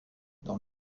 dans